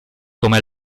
come